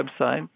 website